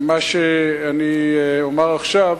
שאני אומר עכשיו,